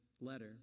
letter